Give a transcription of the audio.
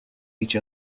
each